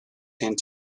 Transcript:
and